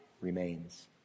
remains